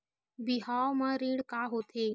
बिहाव म ऋण का होथे?